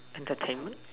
entertainment